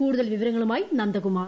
കൂടുതൽ വിവരങ്ങളുമായി നന്ദകുമാർ